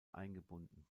eingebunden